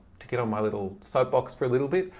to get on my little soapbox for a little bit,